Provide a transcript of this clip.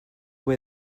way